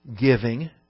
giving